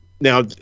Now